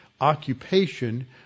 occupation